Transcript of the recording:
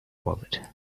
wallet